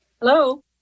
Hello